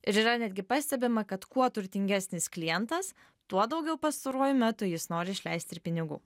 ir yra netgi pastebima kad kuo turtingesnis klientas tuo daugiau pastaruoju metu jis nori išleist ir pinigų